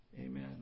Amen